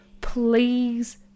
Please